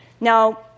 Now